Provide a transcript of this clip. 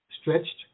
stretched